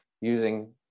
using